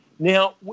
Now